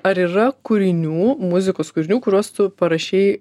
ar yra kūrinių muzikos kūrinių kuriuos tu parašei